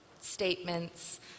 statements